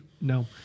No